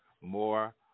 more